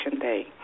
day